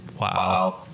Wow